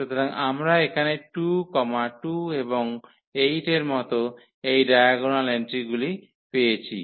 সুতরাং আমরা এখানে 2 2 এবং 8 এর মতো এই ডায়াগোনাল এন্ট্রিগুলি পেয়েছি